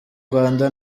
rwanda